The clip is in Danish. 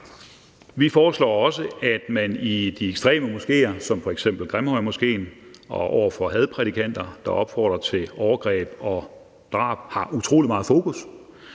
Vi foreslår også, at man i forhold til de ekstreme moskeer som f.eks. Grimhøjmoskeen og over for hadprædikanter, der opfordrer til overgreb og drab, har utrolig meget fokus,